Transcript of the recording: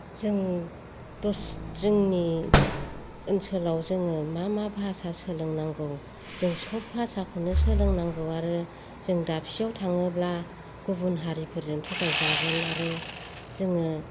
जों दस जोंनि ओनसोलाव जोङो मा मा भासा सोलोंनांगौ जों सब भासाखौनो सोलोंनांगौ आरो जों दाबसेयाव थाङोब्ला गुबुन हारिफोरजों थगायजागोन आरो जोङो